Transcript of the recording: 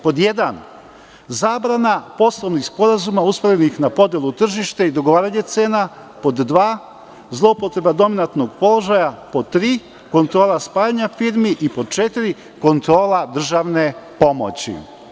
Pod jedan – zabrana poslovnih sporazuma usmerenih na podelu tržišta i dogovaranje cena; pod dva – zloupotreba dominantnog položaja; pod tri – kontrola spajanja firmi i pod četiri – kontrola državne pomoći.